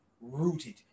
rooted